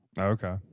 Okay